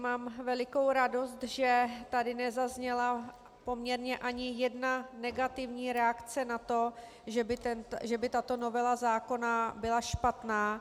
Mám velikou radost, že tady nezazněla poměrně ani jedna negativní reakce na to, že by tato novela zákona byla špatná.